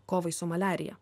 kovai su maliarija